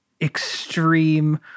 extreme